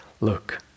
Look